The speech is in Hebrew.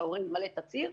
שההורה ימלא תצהיר,